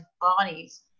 bodies